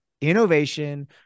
Innovation